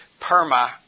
PERMA